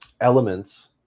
elements